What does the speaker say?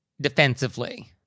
defensively